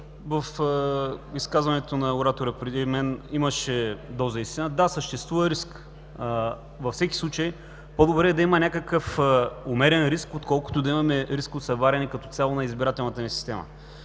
в изказването на оратора преди мен имаше доза истина. Да, съществува риск. Във всеки случай, по-добре е да има някакъв умерен риск, отколкото да имаме риск от събаряне като цяло на избирателната ни система.